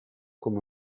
come